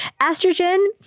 Estrogen